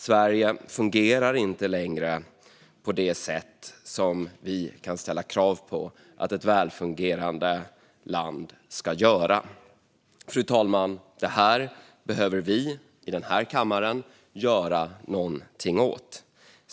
Sverige fungerar inte längre på det sätt som vi kan ställa krav på att ett välfungerande land ska göra. Säkrare samordnings-nummer och bättre förutsättningar för korrekta uppgifter i folkbokföringen Fru talman! Detta behöver vi i den här kammaren göra någonting åt.